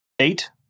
Eight